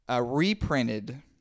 reprinted